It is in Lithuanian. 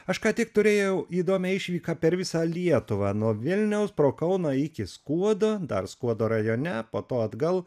aš ką tik turėjau įdomią išvyką per visą lietuvą nuo vilniaus pro kauną iki skuodo dar skuodo rajone po to atgal